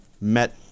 met